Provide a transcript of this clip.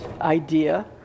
idea